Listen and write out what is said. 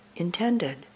intended